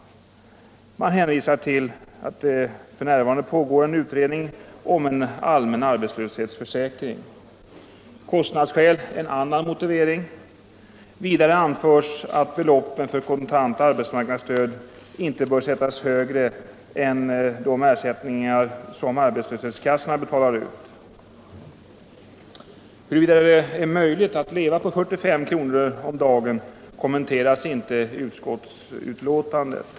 Man hänvisar till att det f. n. pågår utredning om en allmän arbetslöshetsförsäkring. Kostnadsskäl är en annan motivering. Vidare anförs att beloppen för kontant arbetsmarknadsstöd inte bör sättas högre än de ersättningar som arbetslöshetskassorna betalar ut. Huruvida det är möjligt att leva på 45 kr. om dagen berörs inte i utskottsbetänkandet.